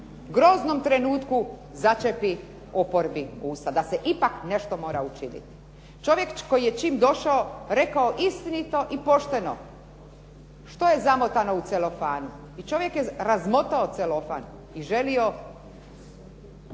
groznom trenutku začepi oporbi usta, da se ipak nešto mora učiniti. Čovjek koji je čim je došao rekao istinito i pošteno što je zamotano u celofanu i čovjek je razmotao celofan i želio